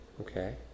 Okay